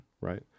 right